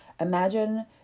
imagine